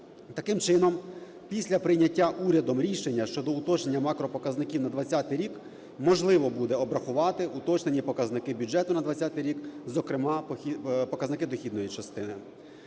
Таким чином після прийняття урядом рішення щодо уточнення макропоказників на 20-й рік можливо буде обрахувати уточнені показники бюджету на 20-й рік, зокрема показники дохідної частини.